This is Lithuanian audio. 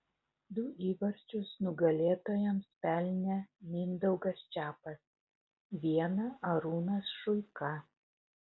du įvarčius nugalėtojams pelnė mindaugas čepas vieną arūnas šuika